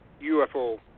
UFO